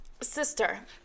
Sister